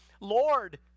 Lord